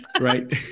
right